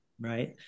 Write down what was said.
Right